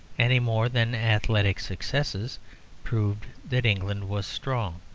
any more than athletic successes proved that england was strong.